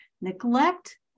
neglect